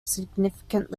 significant